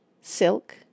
SILK